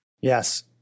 Yes